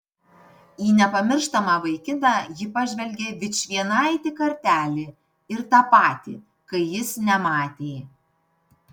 į nepamirštamą vaikiną ji pažvelgė vičvienaitį kartelį ir tą patį kai jis nematė